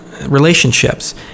relationships